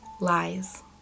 lies